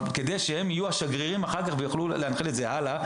כדי שהם יוכלו אחר כך להיות השגרירים ולהנחיל את זה הלאה.